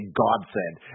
godsend